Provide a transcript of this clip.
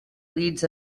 leads